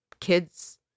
kids